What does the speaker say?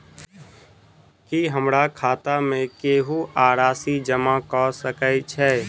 की हमरा खाता मे केहू आ राशि जमा कऽ सकय छई?